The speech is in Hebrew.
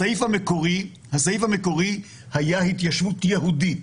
הסעיף המקורי היה התיישבות יהודית.